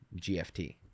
GFT